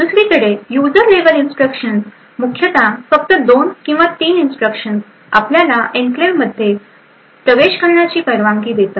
दुसरीकडे user level instructions मुख्यत फक्त 2 किंवा 3 इन्स्ट्रक्शन्स आपल्याला एन्क्लेव्हमध्ये प्रवेश करण्याची परवानगी देतात